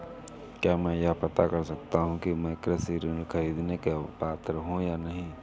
क्या मैं यह पता कर सकता हूँ कि मैं कृषि ऋण ख़रीदने का पात्र हूँ या नहीं?